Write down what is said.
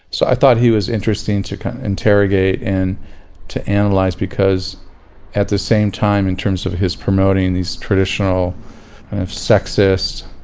so i thought he was interesting to interrogate and to analyze because at the same time, in terms of his promoting these traditional sexist,